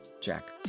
Jack